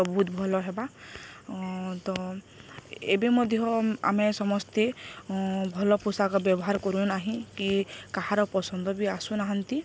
ତ ବହୁତ ଭଲ ହେବା ତ ଏବେ ମଧ୍ୟ ଆମେ ସମସ୍ତେ ଭଲ ପୋଷାକ ବ୍ୟବହାର କରୁନାହିଁ କି କାହାର ପସନ୍ଦ ବି ଆସୁନାହାନ୍ତି